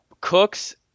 Cooks